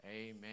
Amen